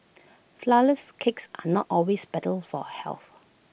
Flourless Cakes are not always better for health